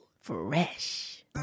Fresh